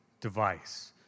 device